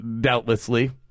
doubtlessly